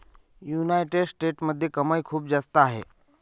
United स्टेट्समध्ये कमाई खूप जास्त आहे